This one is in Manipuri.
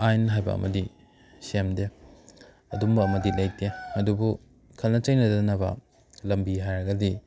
ꯑꯥꯏꯟ ꯍꯥꯏꯕ ꯑꯃꯗꯤ ꯁꯦꯝꯗꯦ ꯑꯗꯨꯝꯕ ꯑꯃꯗꯤ ꯂꯩꯇꯦ ꯑꯗꯨꯕꯨ ꯈꯠꯅ ꯆꯩꯅꯗꯅꯕ ꯂꯝꯕꯤ ꯍꯥꯏꯔꯒꯗꯤ